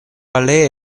aliaj